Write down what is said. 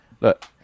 Look